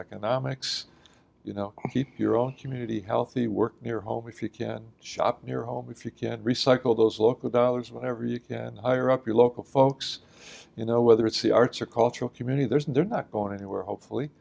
economics you know keep your own community healthy work near home if you can shop near home if you can recycle those local dollars whenever you can hire up your local folks you know whether it's the arts or cultural community there's and they're not going anywhere hopefully